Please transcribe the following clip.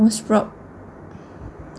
most prob~